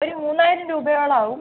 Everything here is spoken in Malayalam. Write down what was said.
ഒരു മൂന്നായിരം രൂപയോളം ആവും